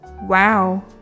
Wow